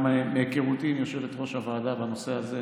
מהיכרותי עם יושבת-ראש הוועדה בנושא הזה,